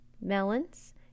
melons